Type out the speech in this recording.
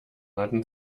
hatten